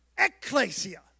ecclesia